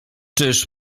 czyż